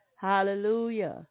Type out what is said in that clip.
Hallelujah